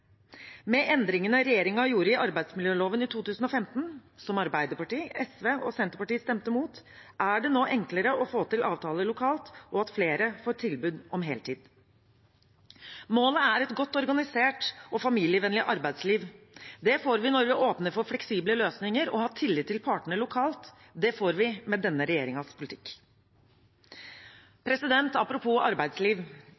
Med endringene regjeringen gjorde i arbeidsmiljøloven i 2015, som Arbeiderpartiet, SV og Senterpartiet stemte imot, er det nå enklere å få til avtaler lokalt og at flere får tilbud om heltid. Målet er et godt organisert og familievennlig arbeidsliv. Det får vi når vi åpner for fleksible løsninger og har tillit til partene lokalt. Det får vi med denne